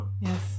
yes